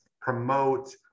promote